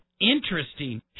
Interesting